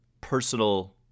personal